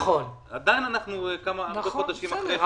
עדיין אנחנו כמה חודשים אחרי.